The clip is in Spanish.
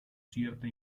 cierta